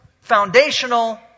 foundational